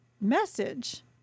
message